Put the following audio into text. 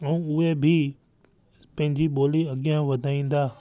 ऐं उहे बि पंहिंजी ॿोली अॻियां वधाईंदा